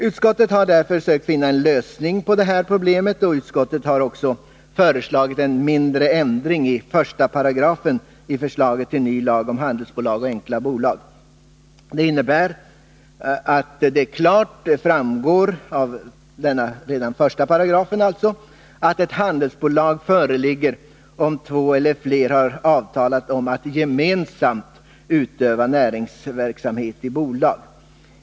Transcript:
Utskottet har därför sökt finna en lösning på detta problem, och utskottet har också föreslagit en mindre ändring i 1§ i förslaget till ny lag om handelsbolag och enkla bolag. Det innebär att det klart kommer att framgå av 18 att ett handelsbolag föreligger om två eller flera har avtalat att gemensamt utöva näringsverksamhet i bolag.